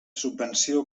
subvenció